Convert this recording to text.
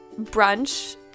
brunch